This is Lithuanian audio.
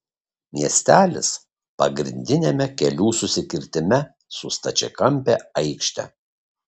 miestelis pagrindiniame kelių susikirtime su stačiakampe aikšte